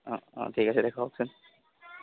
অঁ অঁ ঠিক আছে দেখুৱাওকচোন